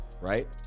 right